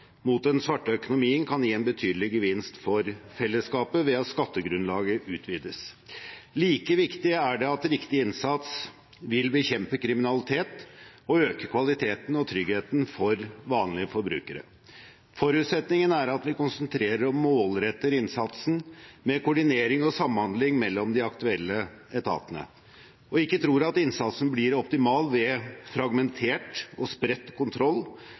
mot den svarte økonomien kan gi en betydelig gevinst for fellesskapet ved at skattegrunnlaget utvides. Like viktig er det at riktig innsats vil bekjempe kriminalitet og øke kvaliteten og tryggheten for vanlige forbrukere. Forutsetningen er at vi konsentrerer og målretter innsatsen med koordinering og samhandling mellom de aktuelle etatene, og ikke tror at innsatsen blir optimal ved fragmentert og spredt kontroll,